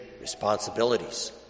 responsibilities